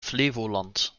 flevoland